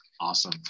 Awesome